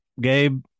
gabe